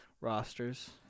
rosters